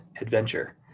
adventure